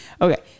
Okay